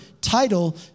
title